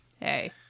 Hey